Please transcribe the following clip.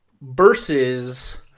Versus